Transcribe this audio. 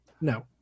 No